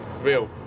Real